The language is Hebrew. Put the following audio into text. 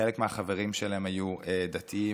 חלק מהחברים שלהם היו דתיים,